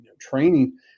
training